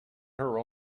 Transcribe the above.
her